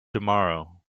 tomorrow